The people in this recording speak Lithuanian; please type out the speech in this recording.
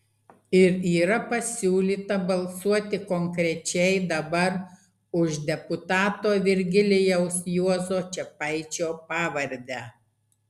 ir yra pasiūlyta balsuoti konkrečiai dabar už deputato virgilijaus juozo čepaičio pavardę